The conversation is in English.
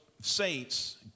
saints